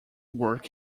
work